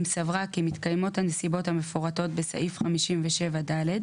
אם סברה כי מתקיימות הנסיבות המפורטות בסעיף 57(ד),